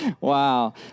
Wow